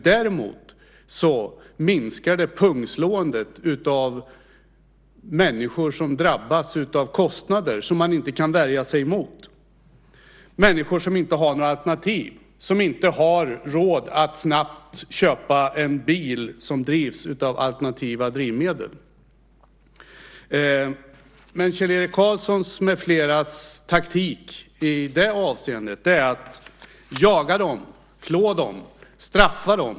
Däremot minskar det pungslåendet av människor som drabbas av kostnader som de inte kan värja sig emot, människor som inte har några alternativ, som inte har råd att snabbt köpa en bil som drivs med alternativa drivmedel. Kjell-Erik Karlssons med flera taktik i det avseendet är att jaga dem, klå dem och straffa dem.